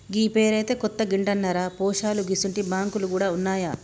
గీ పేరైతే కొత్తగింటన్నరా పోశాలూ గిసుంటి బాంకులు గూడ ఉన్నాయా